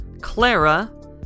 Clara